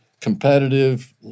competitive